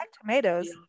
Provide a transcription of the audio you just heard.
tomatoes